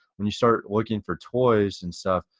when you start looking for toys and stuff,